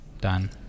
done